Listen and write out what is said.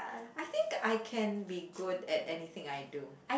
I think I can be good at anything I do